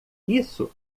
isso